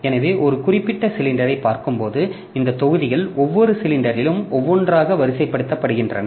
எனவே ஒரு குறிப்பிட்ட சிலிண்டரைப் பார்க்கும்போது இந்த தொகுதிகள் ஒவ்வொரு சிலிண்டரிலும் ஒவ்வொன்றாக வரிசைப்படுத்தப்படுகின்றன